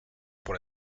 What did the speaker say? pour